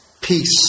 peace